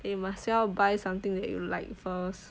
then you might as well buy something that you like first